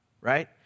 Right